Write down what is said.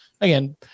Again